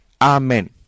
Amen